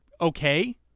okay